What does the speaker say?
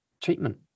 treatment